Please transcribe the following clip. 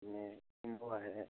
में हुआ है